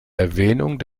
erwähnung